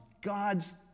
God's